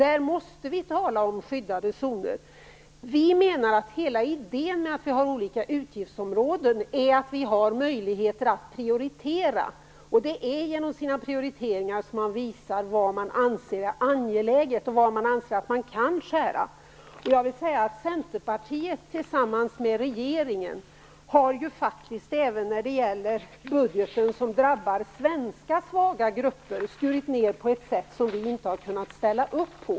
Där måste vi tala om skyddade zoner. Vi menar att hela idén med att ha olika utgiftsområden är att vi då har möjligheter att prioritera. Det är genom sina prioriteringar som man visar vad man anser är angeläget och vad man anser att man kan skära ned på. Jag vill säga att Centerpartiet, tillsammans med regeringen, även när det gäller budgeten - som drabbar svenska svaga grupper - har skurit ned på ett sätt som vi inte har kunnat ställa upp på.